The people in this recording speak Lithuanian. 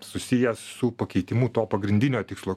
susijęs su pakeitimu to pagrindinio tikslo